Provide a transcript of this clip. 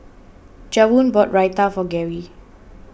Javon bought Raita for Gary